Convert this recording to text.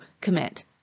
commit